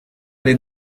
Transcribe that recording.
les